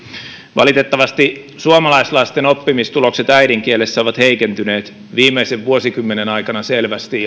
valitettavasti suomalaislasten oppimistulokset äidinkielessä ovat heikentyneet viimeisen vuosikymmenen aikana selvästi